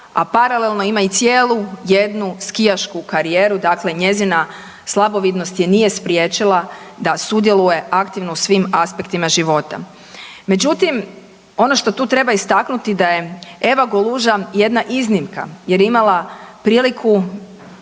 a paralelno ima i cijelu jednu skijašku karijeru, dakle njezina slabovidnost je nije spriječila da sudjeluje aktivno u svim aspektima života. Međutim, ono što tu treba istaknuti da je Eva Goluža jedna iznimka jer je imala priliku